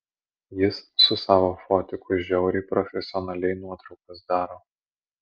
jis su savo fotiku žiauriai profesionaliai nuotraukas daro